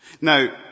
Now